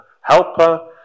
helper